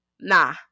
nah